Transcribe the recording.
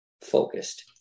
focused